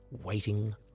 Waiting